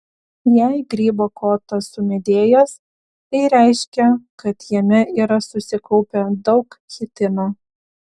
jei grybo kotas sumedėjęs tai reiškia kad jame yra susikaupę daug chitino